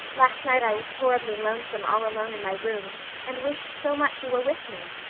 last night i was horribly lonesome all alone in my room and wished so much you were with me.